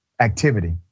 activity